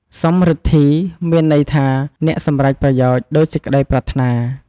សំរិទ្ធី មានន័យថា អ្នកសម្រេចប្រយោជន៍ដូចសេចក្តីប្រាថ្នា។